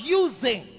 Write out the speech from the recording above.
using